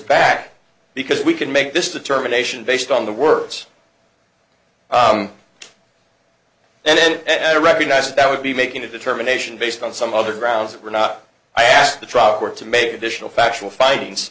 back because we can make this determination based on the words and then add a recognized that would be making a determination based on some other grounds that were not i asked the trucker to make additional factual fightings